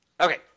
Okay